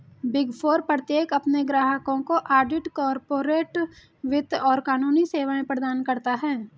big four प्रत्येक अपने ग्राहकों को ऑडिट, कॉर्पोरेट वित्त और कानूनी सेवाएं प्रदान करता है